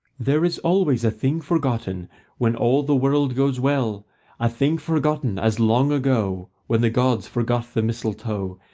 there is always a thing forgotten when all the world goes well a thing forgotten, as long ago, when the gods forgot the mistletoe,